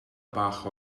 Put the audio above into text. bach